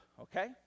okay